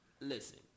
Listen